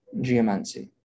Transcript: geomancy